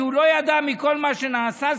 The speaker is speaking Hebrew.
שהוא לא ידע מכל מה שנעשה סביבו?